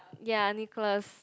ya Nicholas